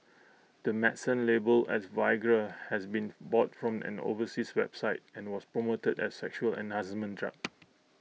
the medicine labelled as Viagra has been bought from an overseas website and was promoted as A sexual enhancement drug